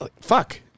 fuck